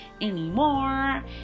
anymore